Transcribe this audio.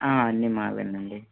ఆ అన్నీమావేనండి